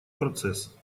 процесс